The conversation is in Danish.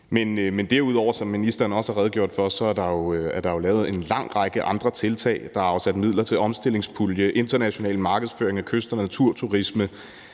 Men derudover, som ministeren også har redegjort for, er der jo lavet en lang række andre tiltag. Der er afsat midler til en omstillingspulje, international markedsføring af kyst- og naturturisme,